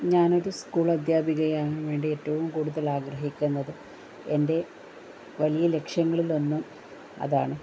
ഞാനൊരു സ്കൂൾ അധ്യാപികയാകാൻ വേണ്ടി ഏറ്റവും കൂടുതൽ ആഗ്രഹിക്കുന്നത് എൻ്റെ വലിയ ലക്ഷ്യങ്ങളിൽ ഒന്നും അതാണ്